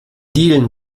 dielen